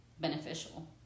beneficial